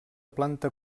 planta